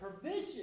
provision